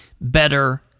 better